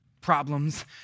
Problems